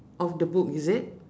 of the book is it